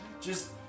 Just-